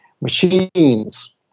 machines